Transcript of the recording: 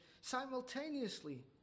simultaneously